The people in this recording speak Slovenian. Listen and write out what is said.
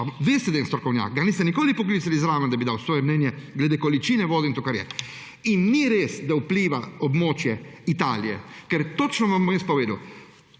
pa veste, da je strokovnjak, ga niste nikoli poklicali zraven, da bi dal svoje mnenje glede količine vode in tega, kar je. Ni res, da vpliva območje Italije, ker bom vam točno povedal.